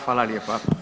Hvala lijepa.